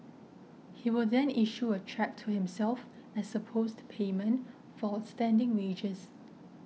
he will then issue a cheque to himself as supposed payment for outstanding wages